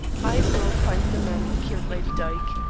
i will find the man who killed lady dyke.